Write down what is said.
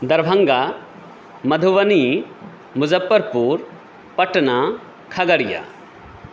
Darbhanga Madhubani Muzaffarpur Patna Khagaria